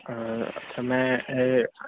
ਮੈਂ